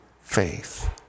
faith